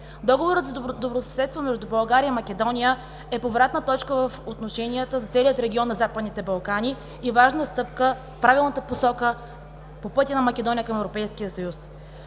Договорът за добросъседство между България и Македония е повратна точка в отношенията за целия регион на Западните Балкани и важна стъпка в правилната посока по пътя на Македония към Европейския съюз.